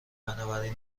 بنابراین